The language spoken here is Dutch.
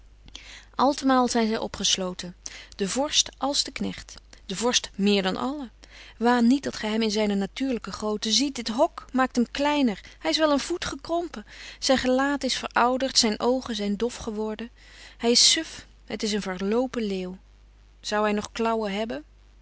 altemaal zijn zij opgesloten de vorst als de knecht de vorst meer dan allen waan niet dat gij hem in zijne natuurlijke grootte ziet dit hok maakt hem kleiner hij is wel een voet gekrompen zijn gelaat is verouderd zijn oogen zijn dof geworden hij is suf het is een verloopen leeuw zou hij nog klauwen hebben